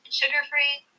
sugar-free